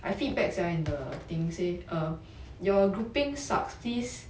I feedback sia in the thing say err your grouping sucks please